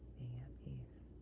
being at peace.